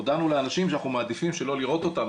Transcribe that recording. הודענו לאנשים שאנחנו מעדיפים שלא לראות אותם,